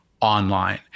online